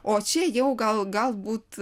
o čia jau gal galbūt